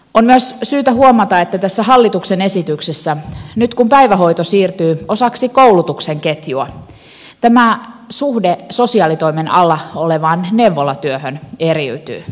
on myös syytä huomata että kun nyt tässä hallituksen esityksessä päivähoito siirtyy osaksi koulutuksen ketjua tämä suhde sosiaalitoimen alla olevaan neuvolatyöhön eriytyy